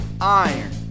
Iron